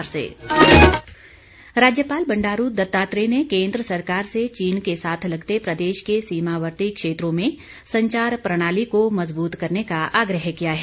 रक्षा मंत्री राज्यपाल बंडारू दत्तात्रेय ने केंद्र सरकार से चीन के साथ लगते प्रदेश के सीमावर्ती क्षेत्रों में संचार प्रणाली को मजबूत करने का आग्रह किया है